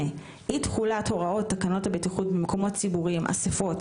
אי תחולת הוראות תקנות הבטיחות במקומות ציבוריים (אסיפות),